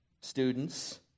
students